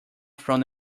from